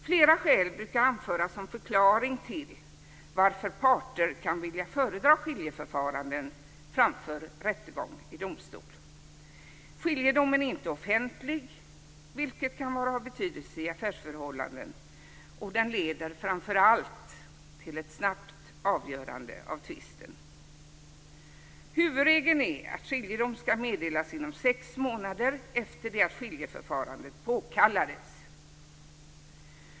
Flera skäl brukar anföras som förklaring till att parter kan vilja föredra skiljeförfaranden framför rättegång i domstol. Skiljedomen är inte offentlig, vilket kan vara av betydelse i affärsförhållanden. Och den leder framför allt till ett snabbt avgörande av tvisten. Huvudregeln är att skiljedom skall meddelas inom sex månader efter det att skiljeförfarandet påkallades.